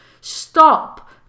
Stop